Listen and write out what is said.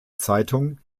zeitung